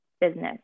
business